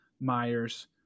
Myers